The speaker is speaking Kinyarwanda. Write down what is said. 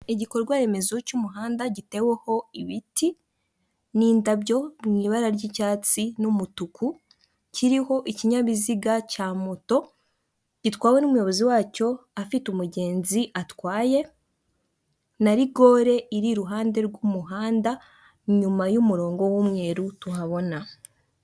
Igikorwa remezo cy'umuhanda giteweho ibiti n'indabyo mu ibara ry'icyatsi n'umutuku, kiriho ikinyabiziga cya moto gitwawe n'umuyobozi wacyo afite umugenzi atwaye na rigore iri iruhande rw'umuhanda, inyuma y'umurongo w'umweru tuhabona.